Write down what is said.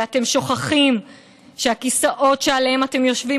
ואתם שוכחים שהכיסאות שעליהם אתם יושבים